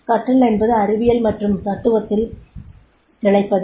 கற்றல் என்பது அறிவியல் மற்றும் தத்துவத்தில் திளைப்பது